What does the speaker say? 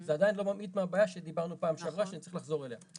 זה עדיין לא ממעיט מהבעיה שדיברנו פעם שעברה שצריך לחזור אליה.